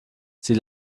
sie